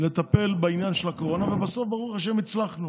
לטפל בעניין של הקורונה, ובסוף, ברוך השם, הצלחנו.